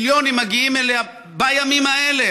מיליונים מגיעים אליה בימים האלה.